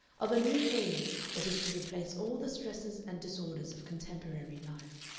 of a new age that is to replace all the stresses and disorders of contemporary life.